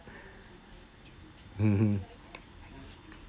hmm hmm